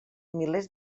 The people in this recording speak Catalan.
milers